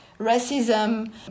racism